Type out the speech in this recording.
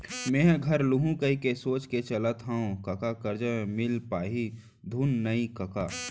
मेंहा घर लुहूं कहिके सोच के चलत हँव कका करजा मिल पाही धुन नइ कका